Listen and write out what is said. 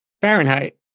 Fahrenheit